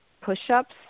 push-ups